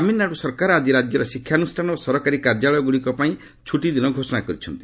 ତାମିଲନାଡୁ ସରକାର ଆଜି ରାଜ୍ୟର ଶିକ୍ଷାନୁଷ୍ଠାନ ଓ ସରକାରୀ କାର୍ଯ୍ୟାଳୟଗୁଡ଼ିକ ପାଇଁ ଛୁଟିଦିନ ଘୋଷଣା କରିଛନ୍ତି